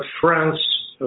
France